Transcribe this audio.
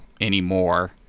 anymore